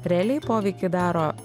realiai poveikį daro